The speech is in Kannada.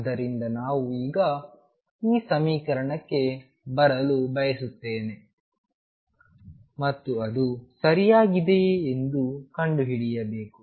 ಆದ್ದರಿಂದ ನಾವು ಈಗ ಈ ಸಮೀಕರಣಕ್ಕೆ ಬರಲು ಬಯಸುತ್ತೇವೆ ಮತ್ತು ಅದು ಸರಿಯಾಗಿದೆಯೇ ಎಂದು ಕಂಡುಹಿಡಿಯಬೇಕು